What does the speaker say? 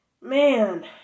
Man